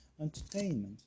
entertainment